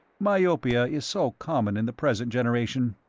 myopia is so common in the present generation.